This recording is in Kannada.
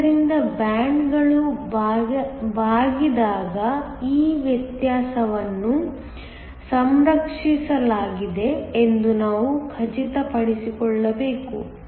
ಆದ್ದರಿಂದ ಬ್ಯಾಂಡ್ಗಳು ಬಾಗಿದಾಗ ಆ ವ್ಯತ್ಯಾಸವನ್ನು ಸಂರಕ್ಷಿಸಲಾಗಿದೆ ಎಂದು ನಾವು ಖಚಿತಪಡಿಸಿಕೊಳ್ಳಬೇಕು